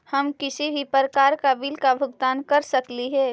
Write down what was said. हम किसी भी प्रकार का बिल का भुगतान कर सकली हे?